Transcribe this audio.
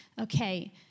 okay